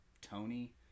Tony